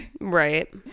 Right